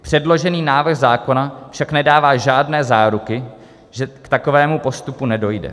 Předložený návrh zákona však nedává žádné záruky, že k takovému postupu nedojde.